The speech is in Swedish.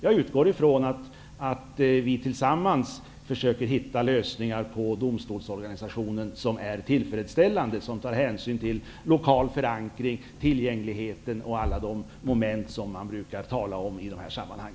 Jag utgår från att vi tillsammans försöker hitta lösningar på problemet med domstolsorganisationen som är tillfredsställande och som tar hänsyn till lokal förankring, tillgänglighet och alla de andra moment man brukar tala om i dessa sammanhang.